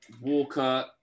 Walker